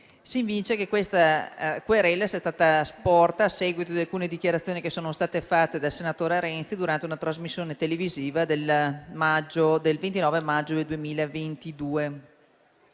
Si evince che questa querela sia stata sporta a seguito di alcune dichiarazioni fatte dal senatore Renzi durante una trasmissione televisiva del 29 maggio 2022.